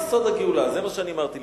זה מה שאני אמרתי.